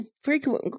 frequent